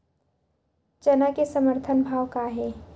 चना के समर्थन भाव का हे?